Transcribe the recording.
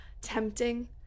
tempting